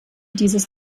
dieses